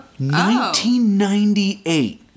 1998